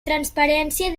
transparència